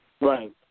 Right